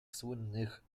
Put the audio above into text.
słynnych